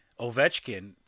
Ovechkin